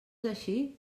així